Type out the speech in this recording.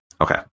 Okay